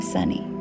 Sunny